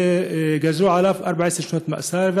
גזרו עליו 14 שנות מאסר,